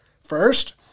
First